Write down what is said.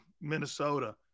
Minnesota